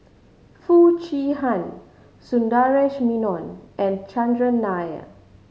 Foo Chee Han Sundaresh Menon and Chandran Nair